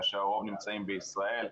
כאשר הרוב נמצאים בישראל.